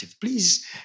Please